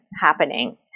happening